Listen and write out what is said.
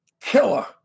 killer